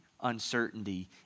uncertainty